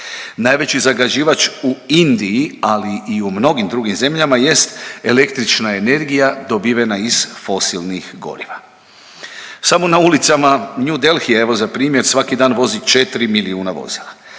Najveći zagađivač u Indiji, ali i u mnogim drugim zemljama jest električna energija dobivena iz fosilnih goriva. Samo na ulicama New Delhija evo za primjer svaki dan vozi 4 milijuna vozila.